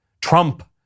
Trump